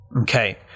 Okay